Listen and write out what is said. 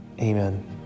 Amen